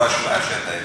או ההשוואה שאתה הבאת,